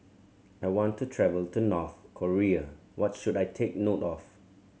I want to travel to North Korea what should I take note of